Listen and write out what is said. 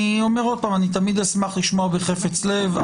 אני אומר שוב שאני תמיד אשמח לשמוע בחפץ לב.